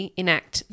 enact